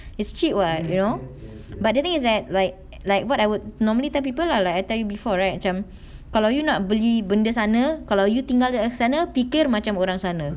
it's cheap [what] you know but the thing is at like like what I would normally tell people lah like I tell you before right macam kalau you nak beli benda sana kalau you tinggal dekat sana fikir macam orang sana